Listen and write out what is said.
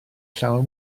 llawer